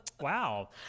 Wow